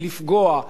כדי להרוס,